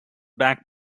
back